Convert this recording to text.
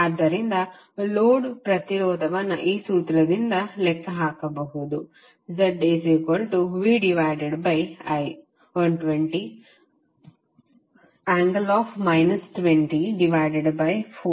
ಆದ್ದರಿಂದ ಲೋಡ್ ಪ್ರತಿರೋಧವನ್ನು ಈ ಸೂತ್ರದಿಂದ ಲೆಕ್ಕಹಾಕಬಹುದು ZVI120∠ 204∠1030∠ 3025